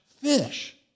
fish